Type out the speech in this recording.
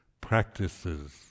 practices